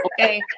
Okay